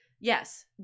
yes